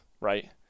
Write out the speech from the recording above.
right